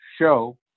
show